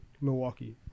Milwaukee